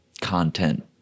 content